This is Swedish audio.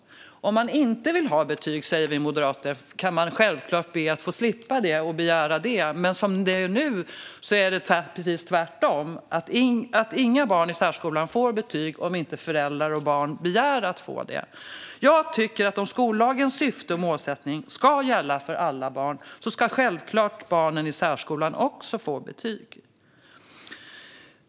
Om man inte vill ha betyg anser vi moderater att man självklart ska få begära att få slippa, men som det är nu är det precis tvärtom, det vill säga att inga barn i särskolan får betyg om inte föräldrar och barn begär det. Jag tycker att om skollagens syfte och målsättning ska gälla för alla barn ska självklart barnen i särskolan också få betyg.